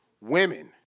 Women